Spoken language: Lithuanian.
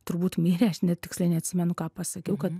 turbūt mirė aš net tiksliai neatsimenu ką pasakiau kad